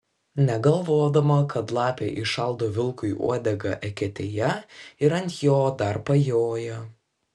negalvodama kad lapė įšaldo vilkui uodegą eketėje ir ant jo dar pajoja